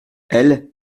elles